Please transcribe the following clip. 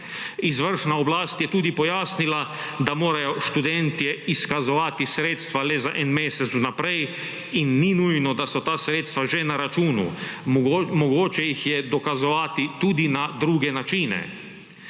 Izvršna oblast je tudi pojasnila, da morajo študenje izkazovati sredstva le za en mesec vnaprej in ni nujno, da so ta sredstva že na računu, mogoče jih je nakazovati tudi na druge načine.